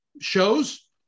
shows